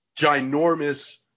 ginormous